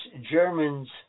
Germans